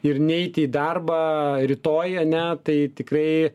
ir neiti į darbą rytoj ane tai tikrai